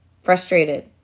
frustrated